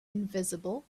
invisible